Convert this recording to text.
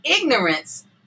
ignorance